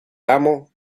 amo